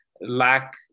lack